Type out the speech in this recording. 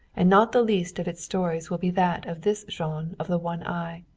and not the least of its stories will be that of this jean of the one eye.